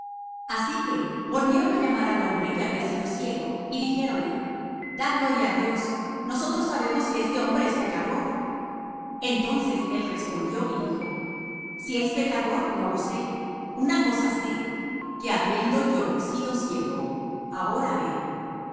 así que volvieron á llamar al hombre que había sido ciego y dijéronle da gloria á dios nosotros sabemos que este hombre es pecador entonces él respondió y dijo si es pecador no lo sé una cosa sé que habiendo yo sido ciego ahora veo